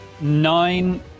Nine